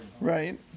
Right